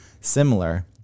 Similar